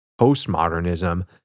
postmodernism